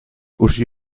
uschi